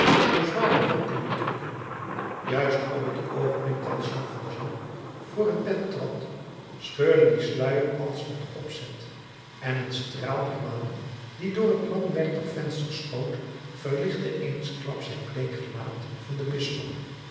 door zware wolken betrokken juist op t oogenblik dat jean valjean voor het bed trad scheurde die sluier zich als met opzet en een straal der maan die door het langwerpig venster schoot verlichtte eensklaps het bleek gelaat van den bisschop